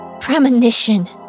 premonition